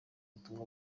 ubutumwa